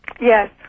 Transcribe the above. Yes